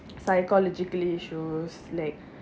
psychologically issues like